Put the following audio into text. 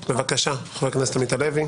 בבקשה, חבר הכנסת עמית הלוי.